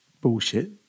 bullshit